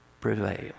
prevail